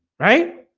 right?